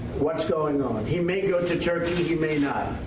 what's going on. he may go to turkey. he may not.